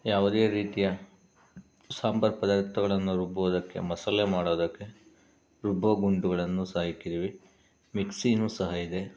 ಯಾವುದೇ ರೀತಿಯ ಸಾಂಬಾರು ಪದಾರ್ಥಗಳನ್ನು ರುಬ್ಬುವುದಕ್ಕೆ ಮಸಾಲೆ ಮಾಡೋದಕ್ಕೆ ರುಬ್ಬೋ ಗುಂಡುಗಳನ್ನು ಸಹ ಇಟ್ಟಿದ್ದೀವಿ ಮಿಕ್ಸಿನು ಸಹ ಇದೆ